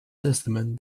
testament